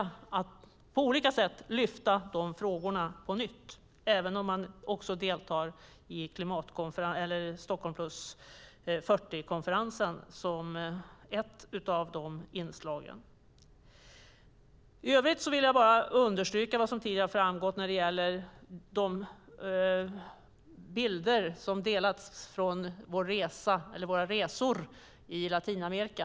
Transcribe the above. Då får vi möjlighet att på olika sätt lyfta upp de här frågorna på nytt, även om man då deltar i Stockholm + 40-konferensen. I övrigt vill jag understryka det som har framkommit när det gäller intryck från våra resor i Latinamerika.